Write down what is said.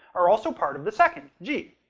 are also part of the second, g.